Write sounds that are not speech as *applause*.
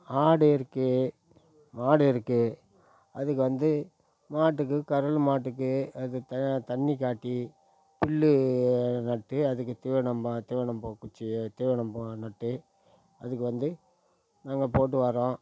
ஆடு இருக்குது மாடு இருக்குது அதுக்கு வந்து மாட்டுக்கு *unintelligible* மாட்டுக்கு அது த தண்ணி காட்டி புல்லு காட்டி அதுக்கு தீவனம் பா தீவனம் பா குச்சியை தீவனம் பா நட்டு அதுக்கு வந்து நாங்கள் போட்டு வரோம்